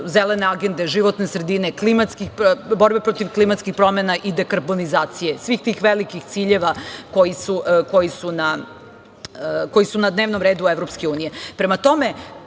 zelene agende, životne sredine, borbe protiv klimatskih promena i dekarbonizacije, svih tih velikih ciljeva koji su na dnevnom redu EU.Prema tome,